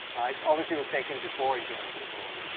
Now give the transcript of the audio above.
it obviously was taken before i joined google.